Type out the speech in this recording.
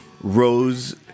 Rose